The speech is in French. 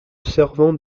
servant